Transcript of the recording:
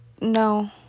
no